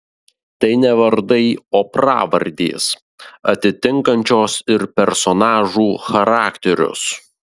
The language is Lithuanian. tai ne vardai o pravardės atitinkančios ir personažų charakterius